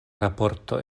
raporto